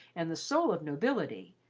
and the soul of nobility,